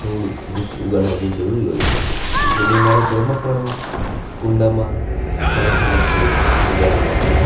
છોડ વૃક્ષ ઉગાડવાં બહુ જરૂરી હોય છે એટલે મેં મારા ઘરમાં પણ કુંડામાં સારા સારા છોડ ઉગાડેલા છે